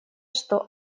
что